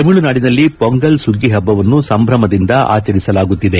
ತಮಿಳುನಾಡಿನಲ್ಲಿ ಪೊಂಗಲ್ ಸುಗ್ಗಿ ಹಬ್ಬವನ್ನು ಸಂಭ್ರಮದಿಂದ ಆಚರಿಸಲಾಗುತ್ತಿದೆ